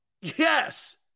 Yes